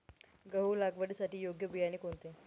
गहू लागवडीसाठी योग्य बियाणे कोणते?